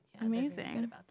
Amazing